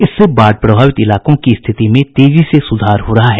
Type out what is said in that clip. इससे बाढ़ प्रभावित इलाकों की स्थिति में तेजी से सुधार हो रहा है